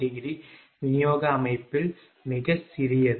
085° விநியோக அமைப்பில் மிகச் சிறியது